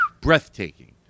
breathtaking